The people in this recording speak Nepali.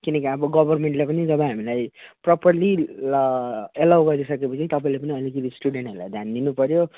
किनकि अब गभर्नमेन्टले पनि तपाईँ हामीलाई प्रोपरली ल एलाउ गरिसकेपछि तपाईँले पनि अलिकति स्टुडेन्टहरूलाई ध्यान दिनुपऱ्यो